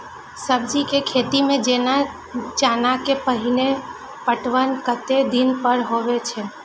सब्जी के खेती में जेना चना के पहिले पटवन कतेक दिन पर हेबाक चाही?